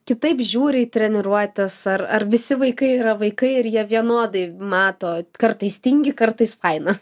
kitaip žiūri į treniruotes ar ar visi vaikai yra vaikai ir jie vienodai mato kartais tingi kartais faina